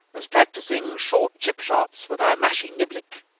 was practising short chip shots with her mashie-niblick.